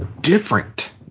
different